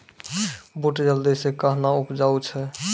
बूट जल्दी से कहना उपजाऊ छ?